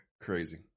crazy